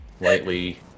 lightly